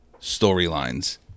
storylines